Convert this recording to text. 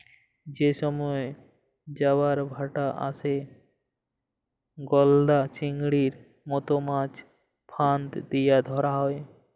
যে সময়ে জবার ভাঁটা আসে, গলদা চিংড়ির মত মাছ ফাঁদ দিয়া ধ্যরা হ্যয়